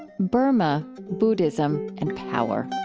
burma buddhism and power.